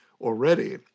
already